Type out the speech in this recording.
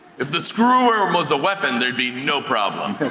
if the screw worm was a weapon, there'd be no problem.